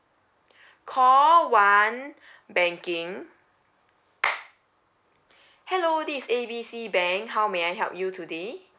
call one banking hello this A B C bank how may I help you today